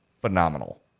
phenomenal